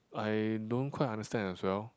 I don't quite understand as well